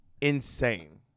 insane